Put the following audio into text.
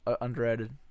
underrated